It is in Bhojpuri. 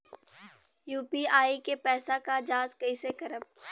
यू.पी.आई के पैसा क जांच कइसे करब?